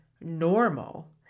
normal